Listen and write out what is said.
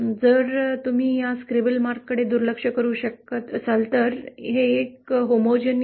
जर तुम्ही या स्क्रिबल मार्काकडे दुर्लक्ष करू शकत असाल तर हे एक समान समीकरण आहे